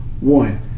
one